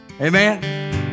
Amen